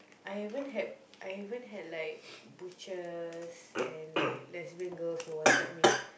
I even had I even had like butches and like lesbian girls who wanted me